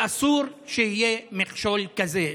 ואסור שיהיה מכשול כזה.